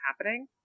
happening